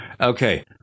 Okay